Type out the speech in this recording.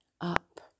up